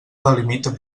delimita